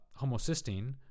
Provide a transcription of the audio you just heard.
homocysteine